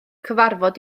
cyfarfod